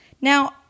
Now